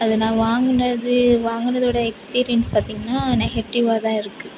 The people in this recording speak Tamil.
அது நான் வாங்கினது வாங்கினதோட எக்ஸ்பீரியன்ஸ் பார்த்திங்கனா நெகட்டிவாக தான் இருக்குது